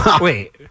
Wait